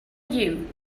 you